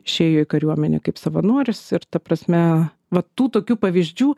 išėjo į kariuomenę kaip savanoris ir ta prasme va tų tokių pavyzdžių